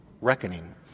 reckoning